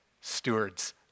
stewards